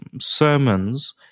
sermons